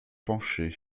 pancher